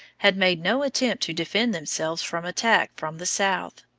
had made no attempt to defend themselves from attack from the south.